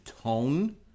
tone